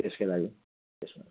त्यसकै लागि